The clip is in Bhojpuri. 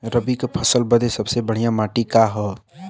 रबी क फसल बदे सबसे बढ़िया माटी का ह?